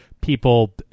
people